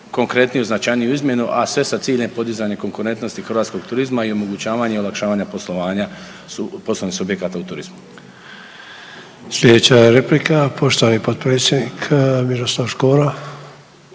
konkretniju, značajniju izmjenu, a sve sa ciljem podizanje konkurentnosti hrvatskog turizma i omogućavanja i olakšavanja poslovanja poslovnih subjekata u turizmu. **Sanader, Ante (HDZ)** Sljedeća replika poštovani potpredsjednik Miroslav Škoro.